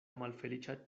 malfeliĉa